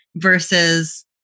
versus